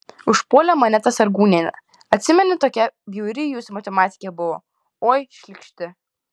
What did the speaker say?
užpuolė mane ta sargūnienė atsimeni tokia bjauri jūsų matematikė buvo oi šlykšti